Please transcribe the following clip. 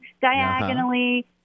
diagonally